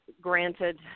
granted